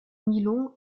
milon